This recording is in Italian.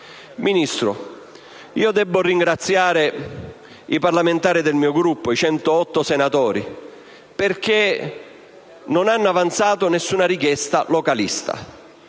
efficiente. Devo ringraziare i parlamentari del mio Gruppo, 108 senatori, perché non hanno avanzato nessuna richiesta localistica.